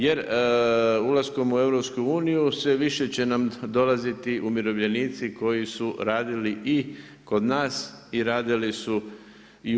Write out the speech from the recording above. Jer ulaskom u EU sve više će nam dolaziti umirovljenici koji su radili i kod nas i radili su i u EU.